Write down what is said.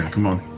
come on.